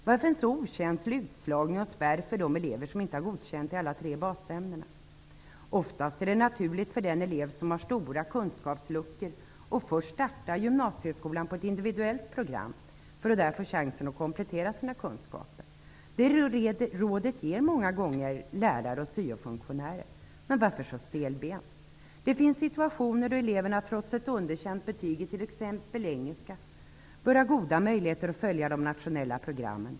Varför föreslår regeringen en så okänslig utslagning av och spärr för de elever som inte har godkänt i alla tre basämnena? Oftast är det naturligt för den elev som har stora kunskapsluckor att börja gymnasieskolan på ett individuellt program för att där få chansen att komplettera sina kunskaper. Det rådet ger lärare och syofunktionärer många gånger. Varför skall systemet vara så stelbent? Det finns situationer då eleverna trots ett underkänt betyg i t.ex. engelska bör ha goda möjligheter att följa de nationella programmen.